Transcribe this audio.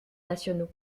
nationaux